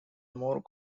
more